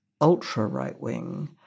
ultra-right-wing